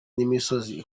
n’imisozi